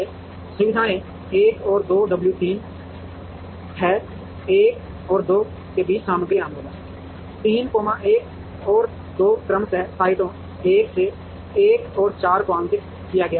इसलिए सुविधाएं 1 और 2 डब्ल्यू 3 है 1 और 2 के बीच सामग्री आंदोलन 3 1 और 2 क्रमशः साइटों 1 और 4 को आवंटित किया जाता है